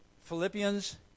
Philippians